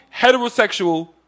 heterosexual